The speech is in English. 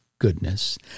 goodness